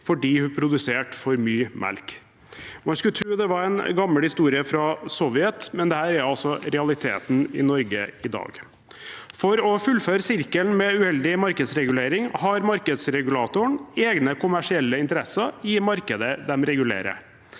fordi hun produserte for mye melk. Man skulle tro det var en gammel historie fra Sovjet, men dette er altså realiteten i Norge i dag. For å fullføre sirkelen med uheldig markedsregulering har markedsregulatoren egne kommersielle interesser i markedet de regulerer.